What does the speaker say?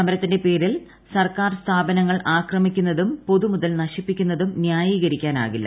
സമരത്തിന്റെ പേരിൽ സർക്കാർ സ്ഥാപനങ്ങൾ ആക്രമിക്കു്ന്ന്തും പൊതുമുതൽ നശിപ്പിക്കുന്നതും നൃായീകരിക്കാനാകില്ല